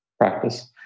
practice